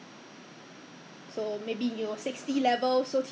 the common area ah 因为 common area but then since then ah until now ah !wow!